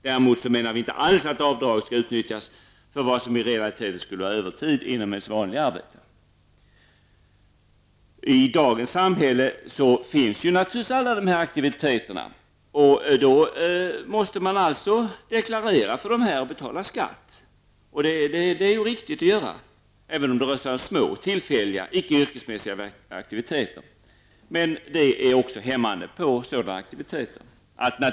Däremot menar vi inte alls att avdraget skall utnyttjas för vad som i realiteten är övertid i det vanliga arbetet. I dagens samhälle finns naturligtvis alla de här aktiviteterna, och man måste deklarera för dem och betala skatt. Det är ju riktigt att göra detta, även om det rör sig om små, tillfälliga och icke yrkesmässiga aktiviteter. Men det är också hämmande på sådana aktiviteter.